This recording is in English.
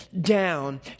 down